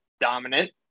dominant